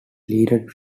lead